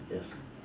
yes